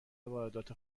واردات